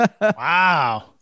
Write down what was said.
wow